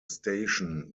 station